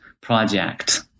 project